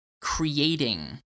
creating